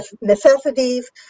necessities